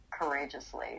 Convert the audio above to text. courageously